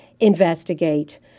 investigate